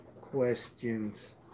questions